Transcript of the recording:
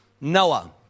Noah